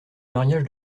mariage